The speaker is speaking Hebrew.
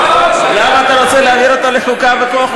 לא, לאן אתה רוצה להעביר אותו, לחוקה בכוח?